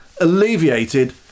alleviated